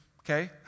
okay